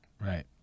right